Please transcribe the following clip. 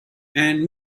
and